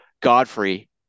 Godfrey